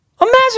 Imagine